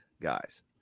guys